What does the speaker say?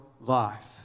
life